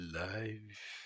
life